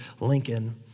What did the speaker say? Lincoln